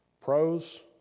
Pros